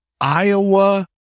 Iowa